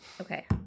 Okay